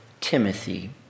Timothy